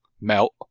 Melt